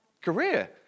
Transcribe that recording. career